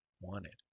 wanted